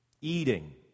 eating